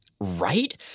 Right